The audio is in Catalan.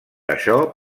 això